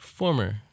Former